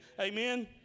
Amen